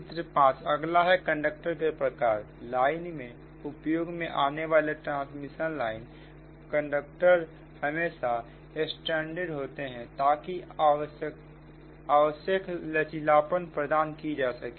चित्र 5 अगला है कंडक्टर के प्रकार लाइन में उपयोग में आने वाले ट्रांसमिशन लाइन कंडक्टर हमेशा स्ट्रैंडेडहोते हैंताकि आवश्यक लचीलापन प्रदान की जा सके